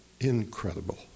Incredible